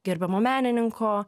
gerbiamo menininko